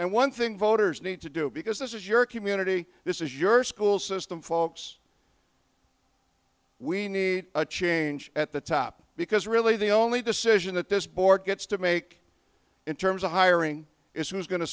and one thing voters need to do because this is your community this is your school system folks we need a change at the top because really the only decision that this board gets to make in terms of hiring is who's go